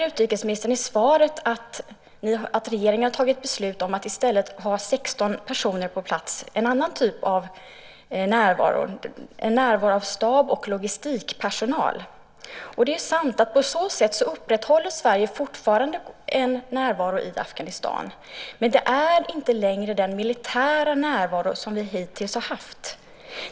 Utrikesministern säger i svaret att regeringen har fattat beslut om att i stället ha 16 personer på plats, en annan typ av närvaro, en närvaro av stab och logistikpersonal. Det är sant att på så sätt upprätthåller Sverige fortfarande en närvaro i Afghanistan. Men det är inte längre den militära närvaro som vi hittills har haft.